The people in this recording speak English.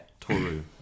Toru